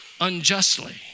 Unjustly